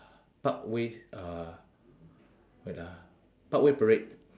parkway uh wait ah parkway parade